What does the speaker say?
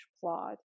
plot